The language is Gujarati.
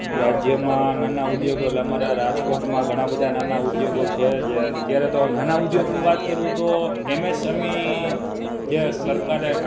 રાજ્યમાં નાના ઉદ્યોગો એટલે અમારાં રાજકોટમાં ઘણા બધા નાના ઉદ્યોગો છે જે અત્યારે તો નાના ઉદ્યોગની વાત કરું તો એમએસમઈ જે સરકારે